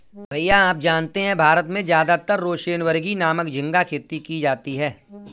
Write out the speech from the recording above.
भैया आप जानते हैं भारत में ज्यादातर रोसेनबर्गी नामक झिंगा खेती की जाती है